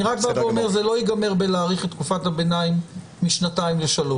אני רק אומר שזה לא יגמר בהארכת תקופת הביניים משנתיים ל-3,